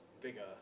bigger